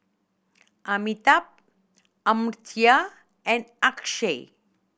Amitabh Amartya and Akshay